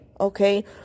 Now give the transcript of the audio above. okay